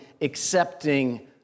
accepting